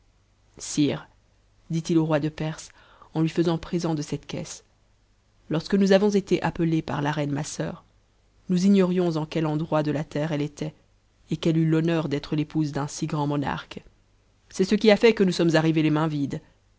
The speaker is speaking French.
sire dit-il au roi de perse en lui faisant présent de cette caisse lorsque nous avons été appelés par la reine ma sœur nous ignorions en quel endroit de la terre elle était et qu'elle et l'honneur d'être l'épouse d'un si grand monarque c'est ce qui a fait iue nous sommes arrivés les mains vides